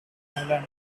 island